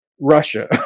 Russia